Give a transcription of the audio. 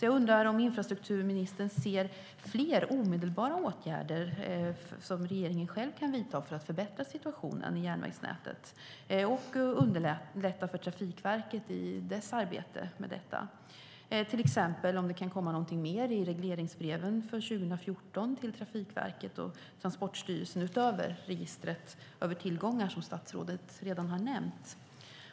Jag undrar om infrastrukturministern ser fler omedelbara åtgärder som regeringen själv kan vidta för att förbättra situationen i järnvägsnätet och underlätta för Trafikverket i arbetet med detta. Kan det till exempel komma någonting mer i regleringsbreven för 2014 till Trafikverket och Transportstyrelsen, utöver registret över tillgångar, som statsrådet redan har nämnt?